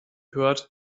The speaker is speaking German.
hört